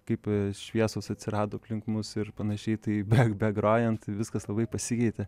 kaip šviesos atsirado aplink mus ir panašiai tai beg begrojant viskas labai pasikeitė